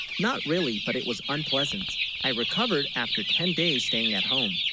not really but it was unpleasant i recovered after ten. days staying at home